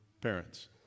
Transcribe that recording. parents